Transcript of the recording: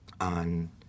on